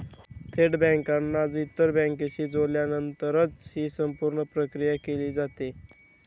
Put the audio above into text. थेट बँकांना इतर बँकांशी जोडल्यानंतरच ही संपूर्ण प्रक्रिया केली जाते